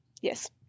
Yes